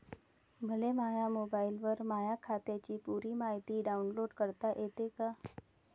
मले माह्या मोबाईलवर माह्या खात्याची पुरी मायती डाऊनलोड करता येते का?